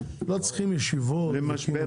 לא צריכים ישיבות וכינוסים,